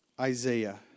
Isaiah